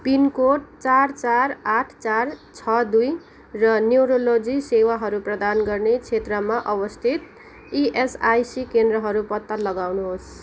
pin code चार चार आठ चार छ दुई र न्युरोलोजी सेवाहरू प्रदान गर्ने क्षेत्रमा अवस्थित इएसआइसी केन्द्रहरू पत्ता लगाउनुहोस्